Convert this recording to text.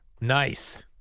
nice